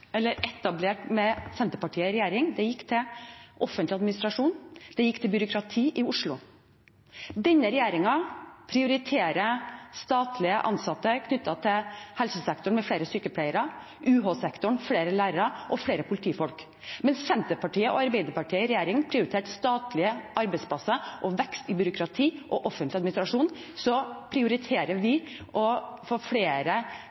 etablert med Senterpartiet i regjering, gikk til offentlig administrasjon og til byråkrati i Oslo. Denne regjeringen prioriterer statlig ansatte knyttet til helsesektoren, med flere sykepleiere, UH-sektoren med flere lærere og flere politifolk. Mens Senterpartiet og Arbeiderpartiet i regjering prioriterte statlige arbeidsplasser og vekst i byråkrati og offentlig administrasjon, prioriterer vi å få flere